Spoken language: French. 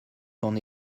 qu’en